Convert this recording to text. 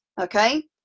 Okay